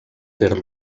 fer